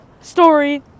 story